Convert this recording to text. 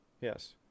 Yes